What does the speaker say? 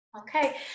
Okay